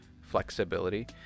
flexibility